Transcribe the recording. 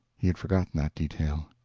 he had forgotten that detail.